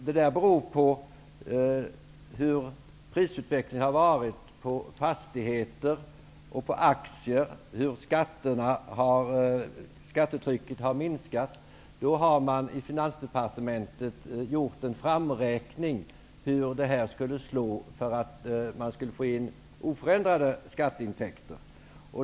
Det beror på hur prisutvecklingen har varit på fastigheter och på aktier, och hur skattetrycket har minskat. Då har man i Finansdepartementet räknat fram hur detta skulle slå för att man skulle få in oförändrade skatteintäkter.